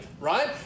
right